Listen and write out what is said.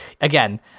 again